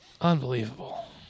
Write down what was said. Unbelievable